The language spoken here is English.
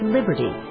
Liberty